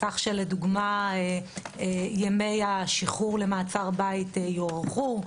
כך שלדוגמה ימי השחרור למעצר בית יוארכו,